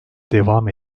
devam